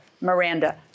Miranda